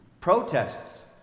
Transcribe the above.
Protests